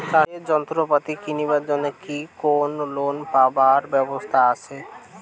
চাষের যন্ত্রপাতি কিনিবার জন্য কি কোনো লোন পাবার ব্যবস্থা আসে?